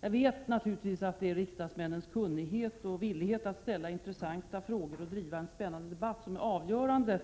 Jag vet att det är riksdagsmännens kunnighet och villighet att ställa intressanta frågor och driva en spännande debatt som är avgörande